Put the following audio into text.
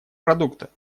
продукта